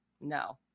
no